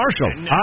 Marshall